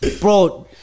Bro